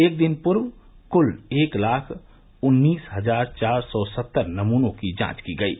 एक दिन पूर्व कूल एक लाख उन्नीस हजार चार सौ सत्तर नमूनो की जांच की गयी